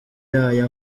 yayo